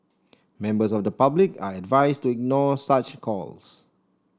members of the public are advised to ignore such calls